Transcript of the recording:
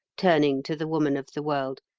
turning to the woman of the world,